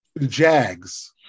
Jags